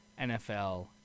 NFL